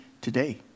today